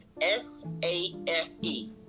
S-A-F-E